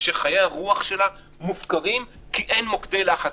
שחיי הרוח שלה מופקרים כי אין מוקדי לחץ.